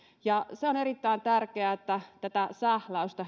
ja on erittäin tärkeää että tätä sähläystä